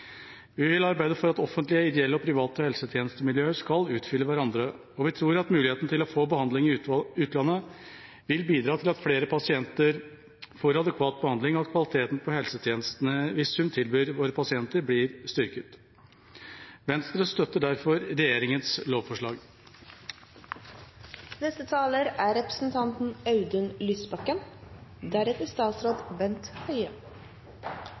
Vi vil arbeide for at offentlige, ideelle og private helsetjenestemiljøer skal utfylle hverandre, og vi tror at muligheten til å få behandling i utlandet vil bidra til at flere pasienter får adekvat behandling, og at kvaliteten på helsetjenestene vi i sum tilbyr våre pasienter, blir styrket. Venstre støtter derfor regjeringens lovforslag. Den saken vi behandler i kveld, er